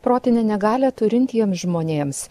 protinę negalią turintiems žmonėms